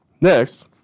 next –